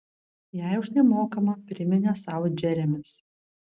jai už tai mokama priminė sau džeremis